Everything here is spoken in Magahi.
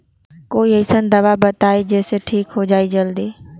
कोई अईसन दवाई बताई जे से ठीक हो जई जल्दी?